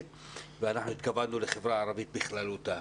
ואנחנו התכוונו לחברה הערבית בכללותה.